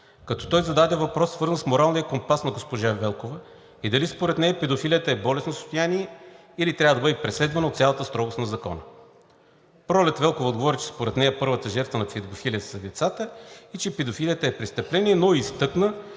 като той зададе въпрос, свързан с моралния компас на госпожа Велкова и дали според нея педофилията е болестно състояние, или трябва да бъде преследвана от цялата строгост на закона. Пролет Велкова отговори, че според нея първата жертва на педофилията са децата и че педофилията е престъпление, но и изтъкна,